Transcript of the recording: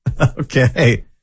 Okay